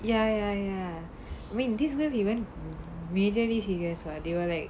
ya ya ya I mean this girl he went majorly serious [what] they were like